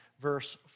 verse